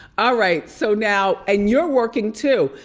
ah right, so now, and you're working too!